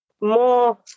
more